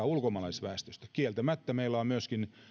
ulkomaalaisväestöstä kieltämättä meillä on myöskin